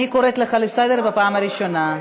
אני קוראת אותך לסדר פעם ראשונה.